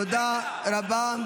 תודה רבה.